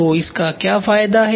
तो इसका क्या फायदा है